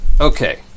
Okay